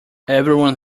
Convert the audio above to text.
everyone